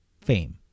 fame